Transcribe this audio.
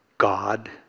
God